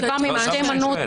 חלקם עם שתי מנות.